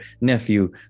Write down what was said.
nephew